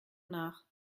nach